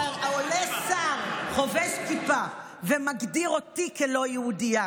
כשעולה שר חובש כיפה ומגדיר אותי כלא יהודייה